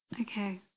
Okay